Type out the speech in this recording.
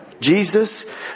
Jesus